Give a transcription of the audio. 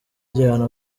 gihano